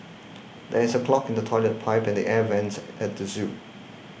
there is a clog in the Toilet Pipe and the Air Vents at the zoo